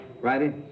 Righty